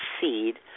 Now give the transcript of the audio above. seed